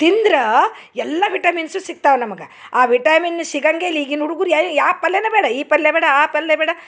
ತಿಂದ್ರ ಎಲ್ಲ ವಿಟಮಿನ್ಸು ಸಿಗ್ತಾವ ನಮಗೆ ಆ ವಿಟಮಿನ್ ಸಿಗಂಗೆ ಇಲ್ಲ ಈಗಿನ ಹುಡುಗುರು ಯಾ ಪಲ್ಯನ ಬೇಡ ಈ ಪಲ್ಯ ಬೇಡ ಆ ಪಲ್ಯ ಬೇಡ